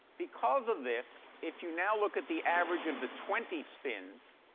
because of this, if you now look at the average of the twenty spins,